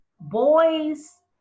Boys